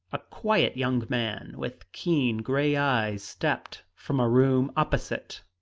a quiet young man with keen gray eyes stepped from a room opposite,